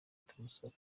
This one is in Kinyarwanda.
tumusaba